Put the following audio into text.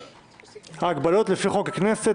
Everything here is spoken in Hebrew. ההגבלות לפי חוק הכנסת,